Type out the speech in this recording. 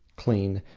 clean,